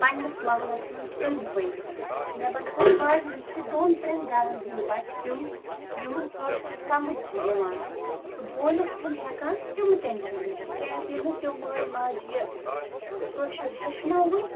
پنٛنِس محلس منٛز أندۍ پٔکۍ مےٚ باسان حالی ہی چھِ دۄن ترٛٮ۪ن گَرَن ہِنٛدۍ بچہِ تِم یِمن کٲشُر سمجھ چھِ یِوان تہٕ بوٗلِتھ چھِنہٕ ہٮ۪کان تِم تہِ نہٕ کِہیٖنۍ تِکیٛازِ ییٚلہِ نہٕ تِم مٲلۍ ماجہِ یہِ کٲشُر ہیٚچھنووٕے